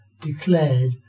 declared